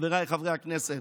חבריי חברי הכנסת,